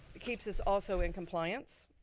keeps us also in compliance.